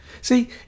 See